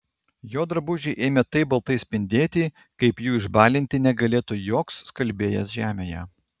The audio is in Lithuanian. jo drabužiai ėmė taip baltai spindėti kaip jų išbalinti negalėtų joks skalbėjas žemėje